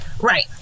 Right